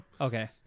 Okay